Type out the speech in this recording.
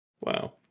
Wow